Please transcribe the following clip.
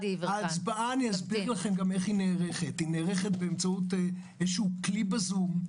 ההצבעה נערכת באמצעות כלי בזום.